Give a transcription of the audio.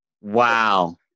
Wow